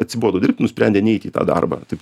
atsibodo dirbt nusprendė neiti į tą darbą taip